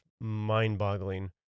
mind-boggling